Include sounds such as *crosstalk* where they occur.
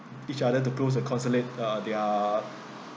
each other to close a consulate uh their *noise*